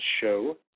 show